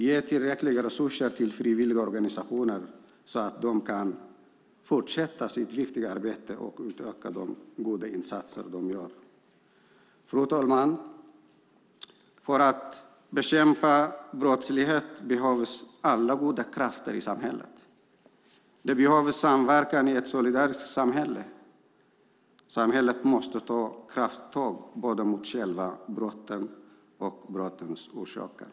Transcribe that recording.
Ge tillräckliga resurser till frivilligorganisationer så att de kan fortsätta sitt viktiga arbete och utöka de goda insatser de gör! Fru talman! För att bekämpa brottslighet behövs alla goda krafter i samhället. Det behövs samverkan i ett solidariskt samhälle. Samhället måste ta krafttag både mot själva brotten och mot brottens orsaker.